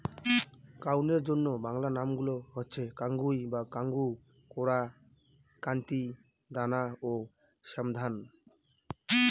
কাউনের অন্য বাংলা নামগুলো হচ্ছে কাঙ্গুই বা কাঙ্গু, কোরা, কান্তি, দানা ও শ্যামধাত